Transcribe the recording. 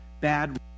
bad